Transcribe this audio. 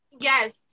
Yes